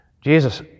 Jesus